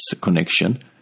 connection